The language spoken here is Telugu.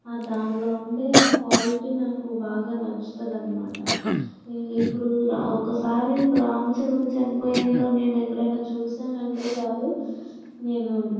దానిలో ఉండే ఆ క్వాలిటీ నాకు బాగా నచ్చుతుంది అన్నమాట ఇక ఇప్పుడు రా ఒకసారి ఒక రామచిలక చనిపోయేంత నేను ఎక్కడైనా చూసాను అంటే చాలు నేను